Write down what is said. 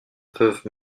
veuve